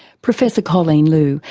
professor colleen loo,